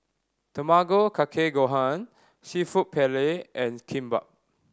Tamago Kake Gohan Seafood Paella and Kimbap